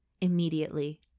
immediately